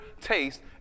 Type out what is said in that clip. taste